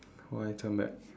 oh I turn back